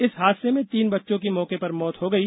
इस हादासे में तीन बच्चों की मौके पर मौत हो गई